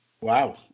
wow